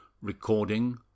Recording